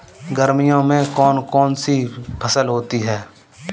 गर्मियों में कौन कौन सी फसल होती है?